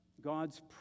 God's